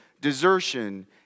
desertion